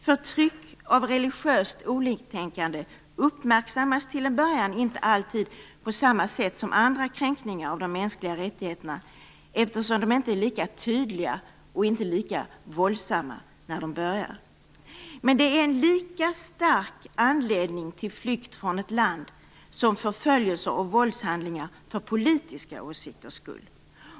Förtryck av religiöst oliktänkande uppmärksammas till en början inte alltid på samma sätt som andra kränkningar av de mänskliga rättigheterna eftersom de inte är lika tydliga och våldsamma när de börjar, men det är en lika stark anledning till flykt från ett land som förföljelser och våldshandlingar för politiska åsikters skull.